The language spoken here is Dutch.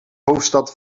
hoofdstad